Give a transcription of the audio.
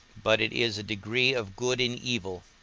but it is a degree of good in evil,